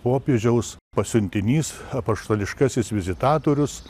popiežiaus pasiuntinys apaštališkasis vizitatorius